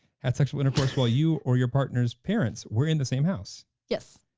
had sexual intercourse while you or your partner's parents were in the same house? yes.